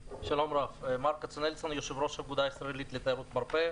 שלום, אני יושב-ראש האגודה הישראלית לתיירות מרפא,